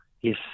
Yes